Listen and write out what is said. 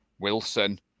Wilson